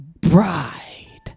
bride